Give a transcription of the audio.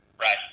Right